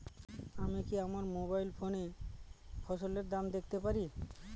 আমি কি আমার মোবাইল ফোনে ফসলের দাম দেখতে পারি?